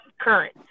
current